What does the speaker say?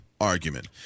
argument